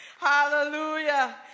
Hallelujah